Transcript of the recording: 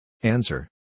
Answer